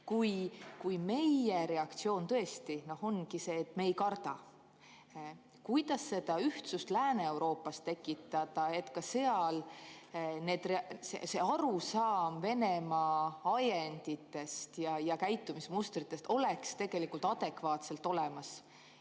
Kui meie reaktsioon ongi see, et me ei karda, siis kuidas seda ühtsust Lääne-Euroopas tekitada, et ka seal oleks arusaam Venemaa ajenditest ja käitumismustritest tegelikult adekvaatselt olemas